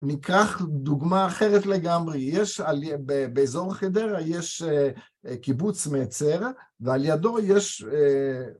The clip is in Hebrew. ניקח דוגמה אחרת לגמרי, באזור החדרה יש קיבוץ מצר, ועל ידו יש